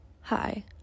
Hi